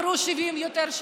עברו 70 שנה ויותר.